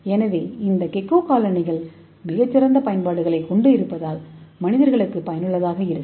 எனவே இந்த கெக்கோ காலணிகள் மிகச் சிறந்த பயன்பாடுகளைக் கொண்டிருக்கலாம் மற்றும் மனிதர்களுக்கு பயனுள்ளதாக இருக்கும்